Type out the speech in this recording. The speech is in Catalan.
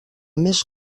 més